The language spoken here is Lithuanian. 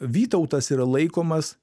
vytautas yra laikomas